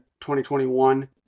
2021